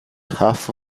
half